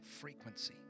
frequency